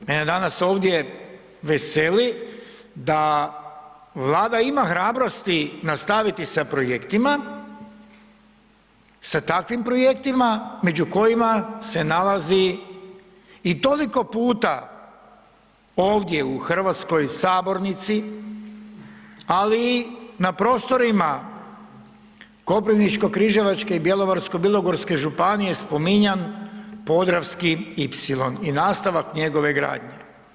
Mene danas ovdje veseli da Vlada ima hrabrosti nastaviti sa projektima, sa takvim projektima među kojima se nalazi i toliko ovdje u hrvatskoj sabornici, ali i na prostorima Koprivničko-križevačke i Bjelovarsko-bilogorske županije spominjan „Podravski ipsilon“ i nastavak njegove gradnje.